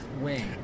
wing